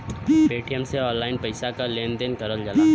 Paytm से online पइसा क लेन देन करल जाला